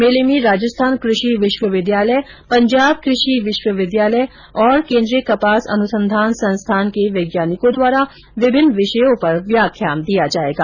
मेंले में राजस्थान कृषि विश्वविद्यालय पंजाब कृषि विश्वविद्यालय तथा केन्द्रीय कपास अनुसंधान संस्थान के वैज्ञानिकों द्वारा विभिन्न विषयों पर व्याख्यान दिया जाएगा